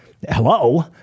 hello